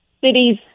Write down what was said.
cities